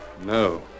No